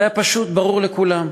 זה היה פשוט ברור לכולם.